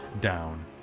down